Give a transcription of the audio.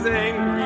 angry